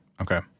Okay